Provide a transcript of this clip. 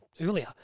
earlier